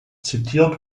zitiert